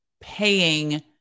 paying